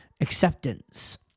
acceptance